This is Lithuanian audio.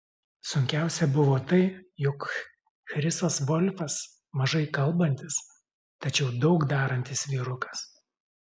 sunkiausia buvo tai jog chrisas volfas mažai kalbantis tačiau daug darantis vyrukas